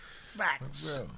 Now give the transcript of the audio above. Facts